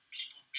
people